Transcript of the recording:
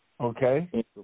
Okay